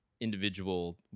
individual